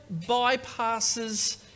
bypasses